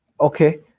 Okay